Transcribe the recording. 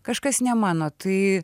kažkas ne mano tai